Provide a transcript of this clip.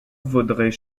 vaudrait